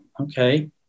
okay